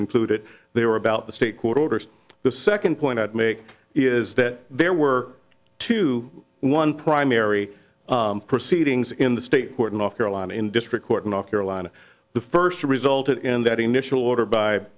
concluded they were about the state court orders the second point i'd make is that there were two one primary proceedings in the state court and off carolina in district court and off carolina the first resulted in that initial order by